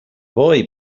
boy